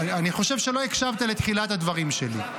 אני חושב שלא הקשבת לתחילת הדברים שלי.